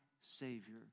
Savior